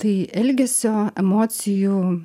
tai elgesio emocijų